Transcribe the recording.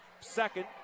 second